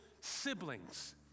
siblings